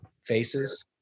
faces